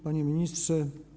Panie Ministrze!